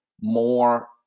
more